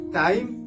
time